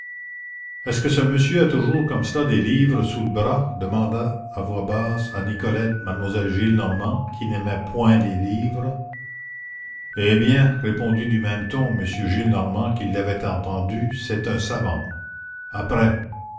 est-ce que ce monsieur a toujours comme cela des livres sous le bras demanda à voix basse à nicolette mademoiselle gillenormand qui n'aimait point les livres eh bien répondit du même ton m gillenormand qui l'avait entendue c'est un savant après